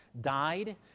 died